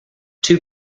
two